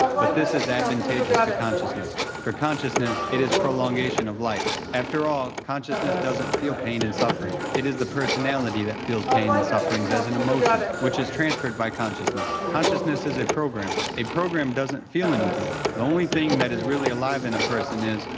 but this is advantageous to consciousness. for consciousness, it is prolongation of life, after all, consciousness doesn't feel pain and suffering. it is the personality that feels pain and sufferings as an emotion, which is transferred by consciousness. consciousness is a program. a program doesn't feel anything. the only thing that is really alive in a and person is,